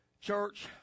Church